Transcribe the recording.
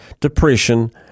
depression